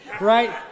right